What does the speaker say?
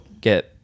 get